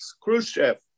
Khrushchev